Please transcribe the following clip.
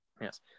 Yes